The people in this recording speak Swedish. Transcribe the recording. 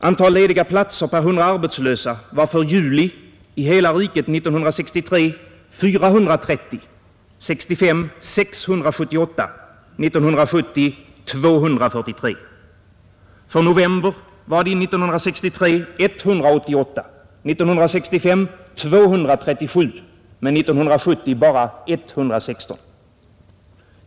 Antalet lediga platser per 100 arbetslösa var för juli i hela riket 1963 430, 1965 678 och 1970 243. För november var de 1963 188, 1965 237 men 1970 bara 116.